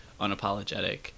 unapologetic